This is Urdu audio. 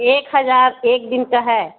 ایک ہزار ایک دن کا ہے